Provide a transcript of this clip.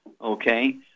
okay